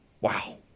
Wow